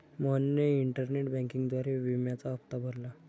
मोहनने इंटरनेट बँकिंगद्वारे विम्याचा हप्ता भरला